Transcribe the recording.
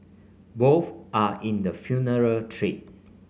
both are in the funeral trade